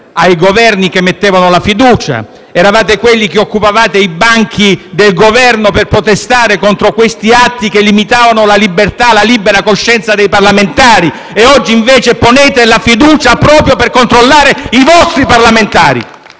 ai Governi che mettevano la fiducia; eravate quelli che occupavate i banchi del Governo per protestare contro gli atti che limitavano la libertà e la libera coscienza dei parlamentari. Oggi, invece, ponete la fiducia proprio per controllare i vostri parlamentari